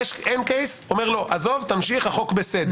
אין קייס אומר לו: תמשיך, החוק בסדר.